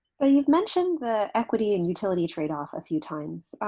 ah you've mentioned the equity and utility trade off a few times.